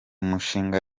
mushinga